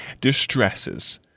distresses